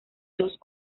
dos